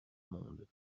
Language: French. monde